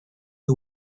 who